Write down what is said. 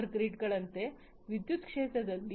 power ಗ್ರಿಡ್ಗಳಂತೆ ವಿದ್ಯುತ್ ಕ್ಷೇತ್ರದಲ್ಲಿ